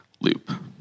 loop